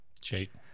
Cheap